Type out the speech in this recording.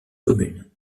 commune